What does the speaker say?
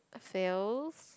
feels